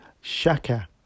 Shaka